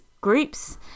groups